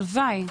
הלוואי.